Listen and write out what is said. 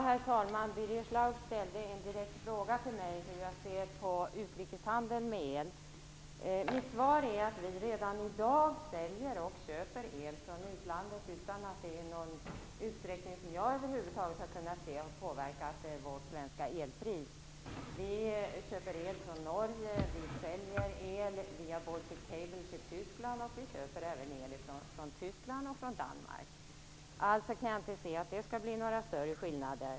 Herr talman! Birger Schlaug ställde en direkt fråga till mig om hur jag ser på utrikeshandeln med el. Mitt svar är att vi redan i dag säljer el till och köper el från utlandet och att jag inte har kunnat se att detta har påverkat det svenska elpriset. Vi köper el från Norge, Tyskland och Danmark, och vi säljer el via Baltic Cable till Tyskland. Jag kan därför inte se att det skall bli några större skillnader.